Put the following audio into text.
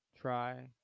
try